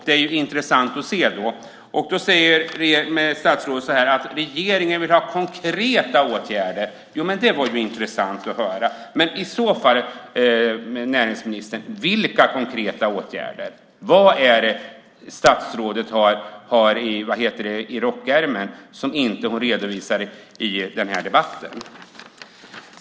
Det är intressant att se. Då säger statsrådet att regeringen vill ha "konkreta åtgärder". Ja, det var ju intressant att höra. Men vilka konkreta åtgärder är det i så fall, näringsministern? Vad är det statsrådet har i rockärmen som hon inte redovisar i den här debatten?